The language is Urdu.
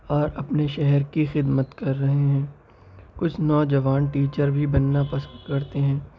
اور اپنے شہر کی خدمت کر رہے ہیں کچھ نوجوان ٹیچر بھی بننا پسند کرتے ہیں